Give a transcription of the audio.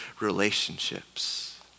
relationships